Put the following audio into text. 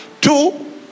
Two